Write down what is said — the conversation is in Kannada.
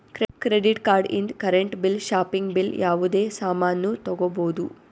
ಕ್ರೆಡಿಟ್ ಕಾರ್ಡ್ ಇಂದ್ ಕರೆಂಟ್ ಬಿಲ್ ಶಾಪಿಂಗ್ ಬಿಲ್ ಯಾವುದೇ ಸಾಮಾನ್ನೂ ತಗೋಬೋದು